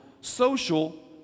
social